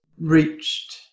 reached